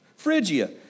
Phrygia